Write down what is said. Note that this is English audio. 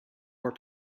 were